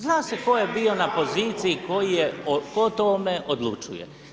Zna se tko je bio na poziciji tko o tome odlučuje.